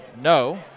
no